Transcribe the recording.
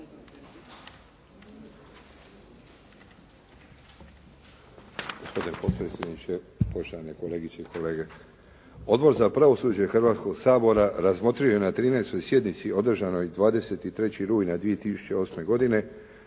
Odbor za pravosuđe Hrvatskog sabora razmotrio je na 13. sjednici održanoj 23. rujna 2008. godine